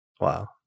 Wow